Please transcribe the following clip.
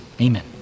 Amen